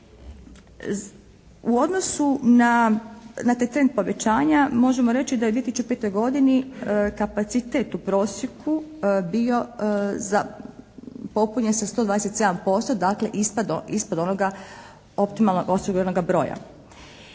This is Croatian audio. U odnosu na taj trend povećavanja možemo reći da je u 2005. godini kapacitet u prosjeku bio popunjen sa 127%, dakle ispod onoga optimalnog osiguranoga broja.